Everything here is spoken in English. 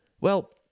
Well